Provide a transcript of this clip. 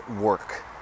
work